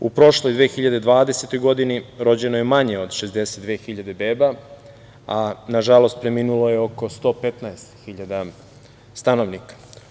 U prošloj 2020. godini rođeno je manje od 62.000 beba, a nažalost preminulo je oko 115.000 stanovnika.